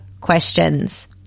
questions